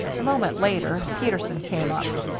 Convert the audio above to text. a moment later peterson came up.